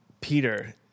Peter